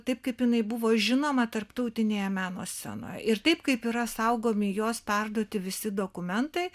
taip kaip jinai buvo žinoma tarptautinėje meno scenoje ir taip kaip yra saugomi jos perduoti visi dokumentai